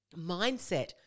Mindset